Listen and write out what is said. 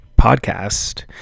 podcast